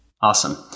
Awesome